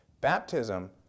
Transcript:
Baptism